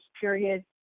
period